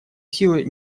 силы